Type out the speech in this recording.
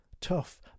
tough